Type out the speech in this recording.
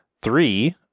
Three